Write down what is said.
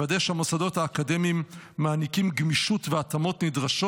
לוודא שהמוסדות האקדמיים מעניקים גמישות והתאמות נדרשות.